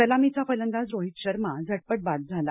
सलामीचा फलंदाज रोहित शर्मा झटपट बाद झाला